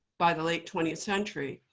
by the late twentieth century,